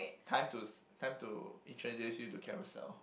time to s~ time to introduce you to Carousell